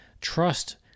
trust